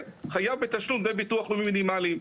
חייב בתשלום דמי ביטוח לאומי מינימליים,